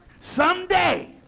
Someday